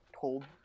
told